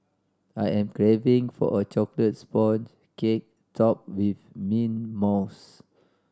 I am craving for a chocolate sponge cake topped with mint mousse